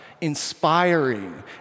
inspiring